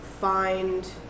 find